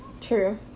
True